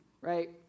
right